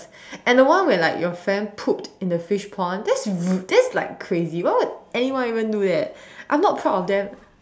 and the one where like your friend pooped in the fish pond that's really that's like crazy like why would anyone even do that I'm not proud of them